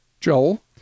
Joel